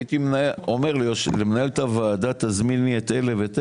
הייתי אומר למנהלת הוועדה שתזמין כך וכך